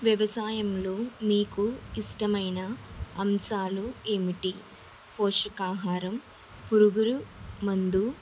వ్యవసాయంలో మీకు ఇష్టమైన అంశాలు ఏమిటి పోషకాహారం పురుగుల మందు